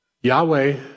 Yahweh